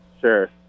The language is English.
sure